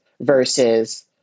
versus